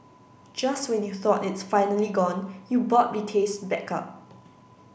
just when you thought it's finally gone you burp the taste back up